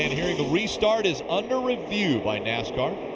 and hearing the restart is under review by nascar.